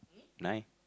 nine